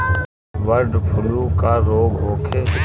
Bird flu का रोग होखे?